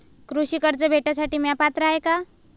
कृषी कर्ज भेटासाठी म्या पात्र हाय का?